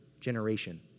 generation